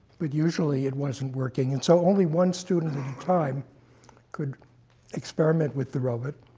but usually, it wasn't working, and so only one student at that time could experiment with the robot.